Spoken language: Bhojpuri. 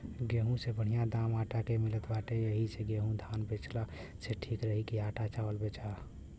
गेंहू से बढ़िया दाम आटा के मिलत बाटे एही से गेंहू धान बेचला से ठीक रही की आटा चावल बेचा